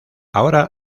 ahora